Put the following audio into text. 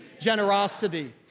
generosity